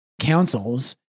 councils